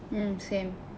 mm same